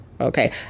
Okay